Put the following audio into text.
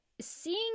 seeing